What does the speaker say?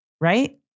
right